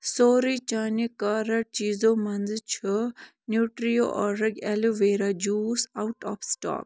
sorry چیٛانہِ cart چیزو مَنٛز چھُ Nutriorg aloe vera juice out of stock